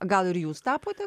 gal ir jūs tapote